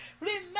remember